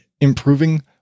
improving